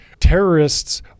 terrorists